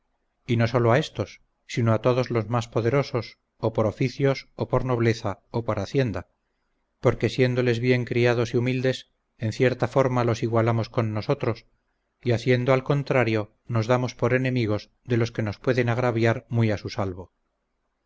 y no solo a estos sino a todos los más poderosos o por oficios o por nobleza o por hacienda porque siéndoles bien criados y humildes en cierta forma los igualamos con nosotros y haciendo al contrario nos damos por enemigos de los que nos pueden agraviar muy a su salvo